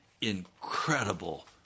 incredible